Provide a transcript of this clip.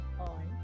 on